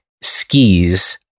skis